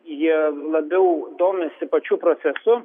jie labiau domisi pačiu procesu